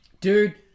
dude